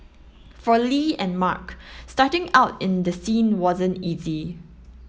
for Li and Mark starting out in the scene wasn't easy